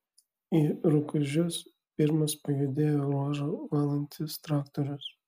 į rukuižius pirmas pajudėjo ruožą valantis traktorius